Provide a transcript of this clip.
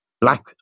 black